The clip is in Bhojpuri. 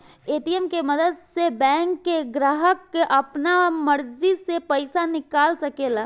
ए.टी.एम के मदद से बैंक के ग्राहक आपना मर्जी से पइसा निकाल सकेला